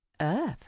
earth